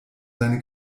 seine